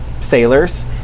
sailors